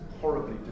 horribly